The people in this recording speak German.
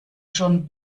schon